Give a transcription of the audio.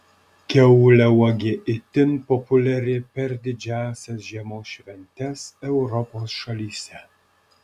kiauliauogė itin populiari per didžiąsias žiemos šventes europos šalyse